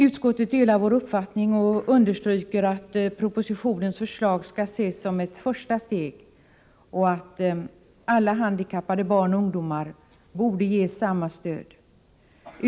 Utskottet delar vår uppfattning och understryker att propositionens förslag skall ses som ett första steg i reformarbetet, samt att alla handikappade barn och ungdomar bör ges samma stöd.